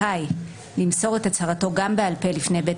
זכאי למסור את הצהרתו גם בעל פה לפני בית